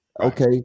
Okay